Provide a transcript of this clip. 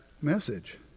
message